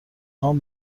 خوام